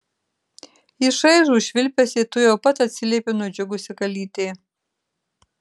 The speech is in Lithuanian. į šaižų švilpesį tuojau pat atsiliepė nudžiugusi kalytė